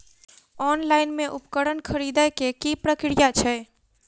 Online मे उपकरण केँ खरीदय केँ की प्रक्रिया छै?